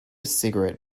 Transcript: cigarette